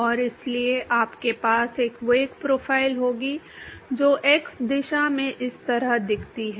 और इसलिए आपके पास एक वेग प्रोफ़ाइल होगी जो x दिशा में इस तरह दिखती है